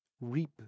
reap